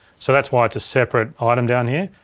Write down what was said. so that's why it's a separate ah item down here.